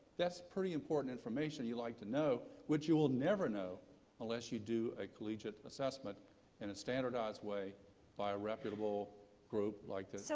that's pretty important information you like to know, which you will never know unless you do a collegiate assessment in a standardized way by a reputable group, like naep. so